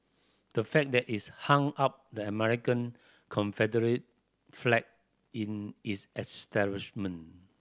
the fact that is hung up the American Confederate flag in is establishment